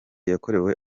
yakorewe